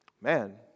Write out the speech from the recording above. man